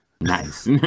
Nice